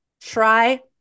Try